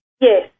Yes